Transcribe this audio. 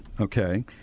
okay